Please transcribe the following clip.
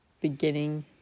beginning